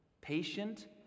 patient